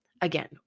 Again